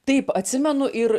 taip atsimenu ir